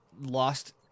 lost